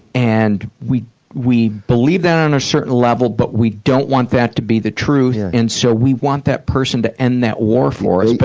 and we we believe that on a certain level but we don't want that to be the truth, and so we want that person to end that war for us. but